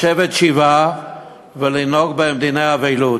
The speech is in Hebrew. לשבת שבעה ולנהוג בהם דיני אבלות.